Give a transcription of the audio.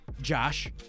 Josh